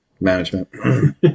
Management